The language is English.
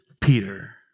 Peter